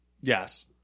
Yes